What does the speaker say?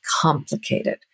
complicated